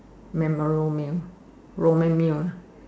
memorable meal Roman meal ah